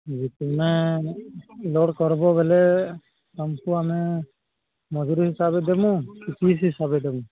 ତୁମେ ଲୋଡ୍ କରିବ ବୋଲେ ତୁମକୁ ଆମେ ମଜୁରୀ ହିସାବରେ ଦେବୁ ଫିସ୍ ହିସାବରେ ଦେବୁ